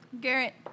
Garrett